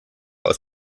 aus